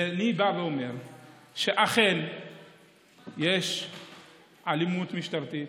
ואני בא ואומר שאכן יש אלימות משטרתית,